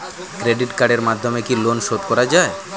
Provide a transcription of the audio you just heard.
Credit কার্ডের মাধ্যমে কি লোন শোধ করা যায়?